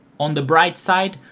on the bright side,